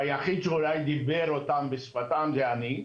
והיחיד אולי דיבר אותם בשפתם זה אני,